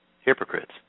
Hypocrites